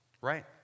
right